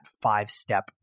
five-step